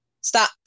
Stop